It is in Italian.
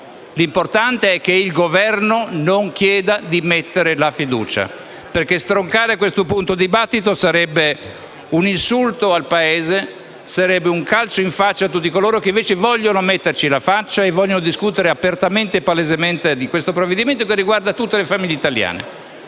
l'importante è che il Governo non ponga la questione di fiducia, perché stroncare a questo punto il dibattito rappresenterebbe un insulto al Paese e un calcio in faccia a tutti coloro che vogliono metterci la faccia e discutere apertamente e palesemente del provvedimento, che riguarda tutte le famiglie italiane.